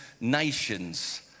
nations